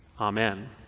Amen